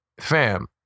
Fam